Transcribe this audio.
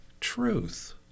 truth